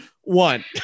one